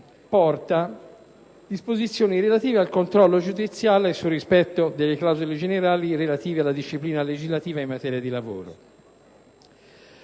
reca disposizioni concernenti il controllo giudiziale sul rispetto delle clausole generali relative alla disciplina legislativa in materia di lavoro,